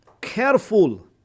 careful